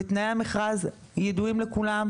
ותנאי המכרז ידועים לכולם,